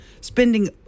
spending